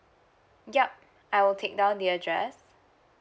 yup I will take down the address